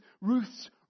Ruth's